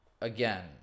again